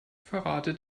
verrate